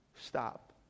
Stop